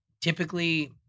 typically